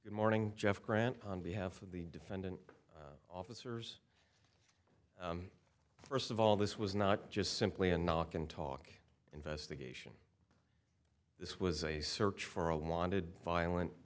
good morning jeff grant on behalf of the defendant officers first of all this was not just simply a knock and talk investigation this was a search for a wanted violent